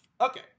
Okay